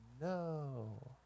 No